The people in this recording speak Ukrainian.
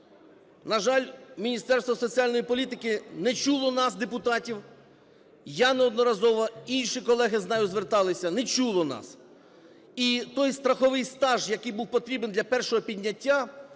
На жаль, Міністерство соціальної політики не чуло нас, депутатів, я неодноразово, інші колеги, знаю, зверталися – не чуло нас. І той страховий стаж, який був потрібен для першого підняття,